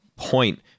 point